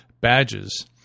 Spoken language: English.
badges